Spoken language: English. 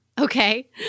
Okay